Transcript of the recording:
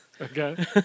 Okay